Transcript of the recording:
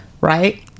right